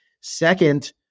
Second